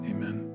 Amen